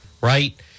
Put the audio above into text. right